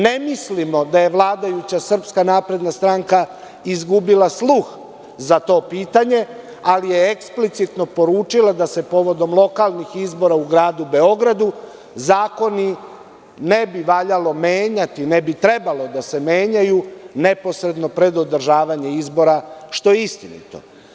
Ne mislimo da je vladajuća SNS izgubila sluh za to pitanje, ali je eksplicitno poručila da se povodom lokalnih izbora u gradu Beogradu zakon ne bi valjalo menjati i ne bi trebalo da se menja neposredno pre održavanja izbora, što je istinito.